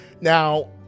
Now